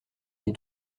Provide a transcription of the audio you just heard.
les